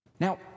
Now